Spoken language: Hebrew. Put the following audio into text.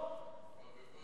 הוא כבר בפוסט-דוקטורט.